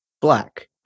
black